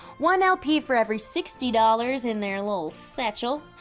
one lp for every sixty dollars in their l'il satchel,